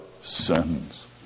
sins